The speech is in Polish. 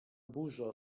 burza